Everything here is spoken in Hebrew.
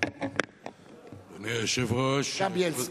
וגם חבר הכנסת בילסקי.